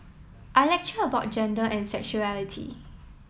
I lecture about gender and sexuality